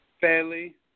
fairly